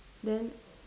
then